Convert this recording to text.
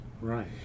Right